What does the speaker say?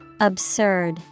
Absurd